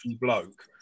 bloke